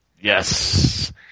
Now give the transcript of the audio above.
Yes